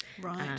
right